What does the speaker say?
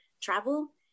travel